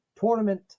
Tournament